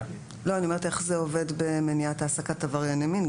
איך זה עובד במניעת העסקת עברייני מין?